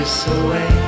away